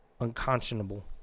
unconscionable